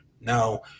now